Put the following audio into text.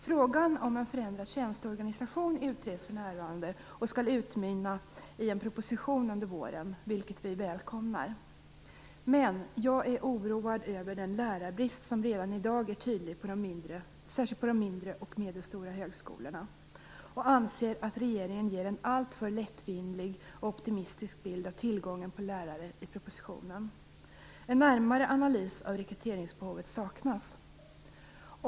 Frågan om en förändrad tjänsteorganisation utreds för närvarande och skall utmynna i en proposition under våren, vilket vi välkomnar. Men jag är oroad över den lärarbrist som redan i dag är tydlig, särskilt på de mindre och medelstora högskolorna, och anser att regeringen ger en alltför lättvindig och optimistisk bild av tillgången på lärare i propositionen. En närmare analys av rekryteringsbehovet saknas.